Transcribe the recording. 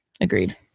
Agreed